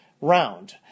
round